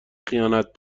خیانت